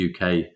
UK